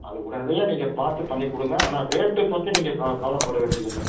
அதை உடனடியாக நீங்கள் பார்த்து பண்ணி கொடுங்க ஆனால் ரேட்டு பற்றி நீங்கள் கவலை கவலைப்பட வேண்டிதில்லை